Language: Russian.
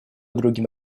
другим